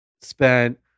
spent